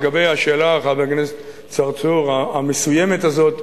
לגבי השאלה, חבר הכנסת צרצור, המסוימת הזאת,